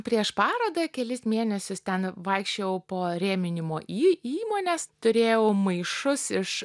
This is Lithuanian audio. prieš parodą kelis mėnesius ten vaikščiojau po rėminimo į įmones turėjau maišus iš